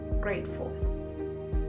grateful